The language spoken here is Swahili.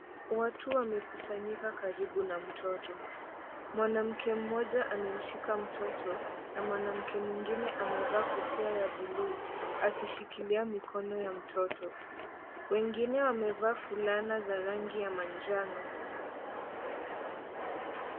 Watu wamekusanyika karibu na mtoto, mwanamke mmoja amemshika mtoto na mwanamke mwingine amevaa kofia ya buluu akishikilia mikono ya mtoto, wengine wamevaa fulana za rangi ya manjano.